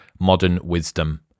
modernwisdom